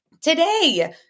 today